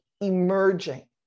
emerging